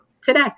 today